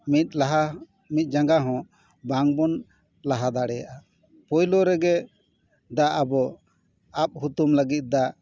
ᱢᱤᱫ ᱞᱟᱦᱟ ᱢᱤᱫ ᱡᱟᱜᱟ ᱦᱚᱸ ᱵᱟᱝ ᱵᱚᱱ ᱞᱟᱦᱟ ᱫᱟᱲᱮᱭᱟᱜᱼᱟ ᱯᱳᱭᱞᱳ ᱨᱮᱜᱮ ᱫᱟᱜ ᱟᱵᱚ ᱟᱵᱼᱦᱩᱛᱩᱢ ᱞᱟᱹᱜᱤᱫ ᱫᱟᱜ